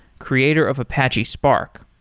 creator of apache spark.